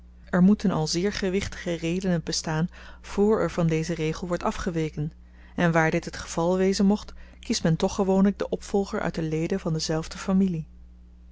er moeten al zeer gewichtige redenen bestaan voor er van dezen regel wordt afgeweken en waar dit het geval wezen mocht kiest men toch gewoonlyk den opvolger uit de leden van dezelfde familie